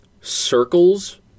Circles